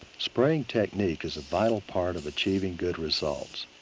spraying technique is a vital part of achieving good results.